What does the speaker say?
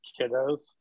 kiddos